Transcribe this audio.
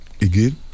again